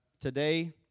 Today